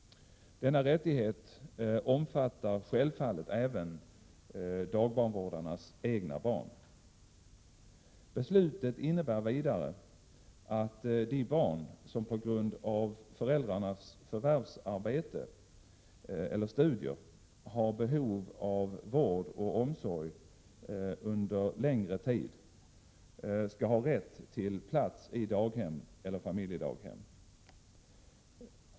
Denna rättighet omfattar självfallet även dagbarnvårdarnas egna barn. Beslutet innebär vidare att de barn som på grund av föräldrarnas förvärvsarbete eller studier har behov av vård och omsorg under längre tid skall ha rätt till plats i daghem eller familjedaghem.